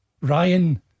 Ryan